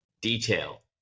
detail